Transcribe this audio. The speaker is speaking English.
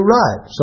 right